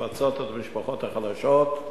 לפצות את המשפחות החלשות.